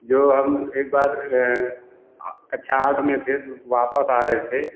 जो हम एक बार कक्षा आठ में थे तो वापस आ रहे थे